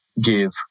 give